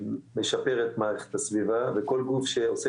שמשפר את מערכת הסביבה וכל גוף שעושה